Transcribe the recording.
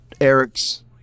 eric's